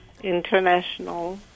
International